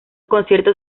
conciertos